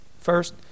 First